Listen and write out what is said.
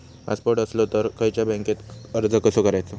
Passport असलो तर खयच्या बँकेत अर्ज कसो करायचो?